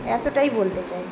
এতটাই বলতে চাই